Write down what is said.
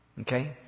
Okay